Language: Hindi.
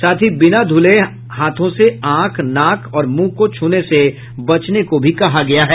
साथ ही बिना धुले हाथों से आंख नाक और मुंह को छूने से बचने को भी कहा गया है